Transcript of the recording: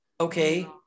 okay